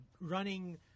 running